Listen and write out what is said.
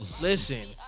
Listen